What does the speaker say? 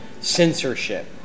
censorship